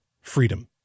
freedom